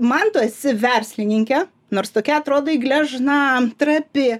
man tu esi verslininkė nors tokia atrodai gležna trapi